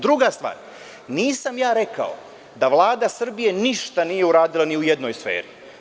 Druga stvar, nisam ja rekao da Vlada Srbije ništa nije uradila ni u jednoj sferi.